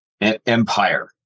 empire